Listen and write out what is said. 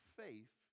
faith